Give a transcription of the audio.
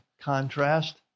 contrast